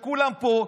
כשכולם פה,